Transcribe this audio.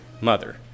mother